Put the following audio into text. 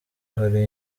hari